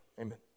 amen